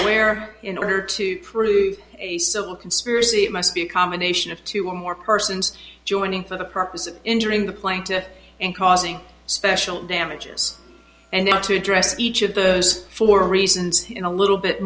aware in order to prove a social conspiracy it must be a combination of two or more persons joining for the purpose of injuring the playing to and causing special damages and not to address each of those four reasons when a little bit